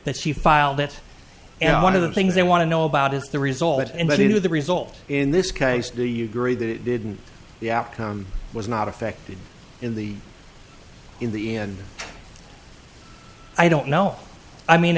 the she filed it and one of the things they want to know about is the result that anybody knew the result in this case do you agree that it didn't the outcome was not affected in the in the end i don't know i mean